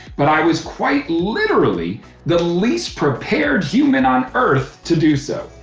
but i was quite literally the least prepared human on earth to do so.